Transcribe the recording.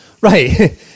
Right